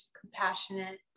compassionate